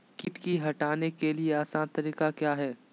किट की हटाने के ली आसान तरीका क्या है?